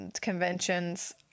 conventions –